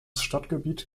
stadtgebiet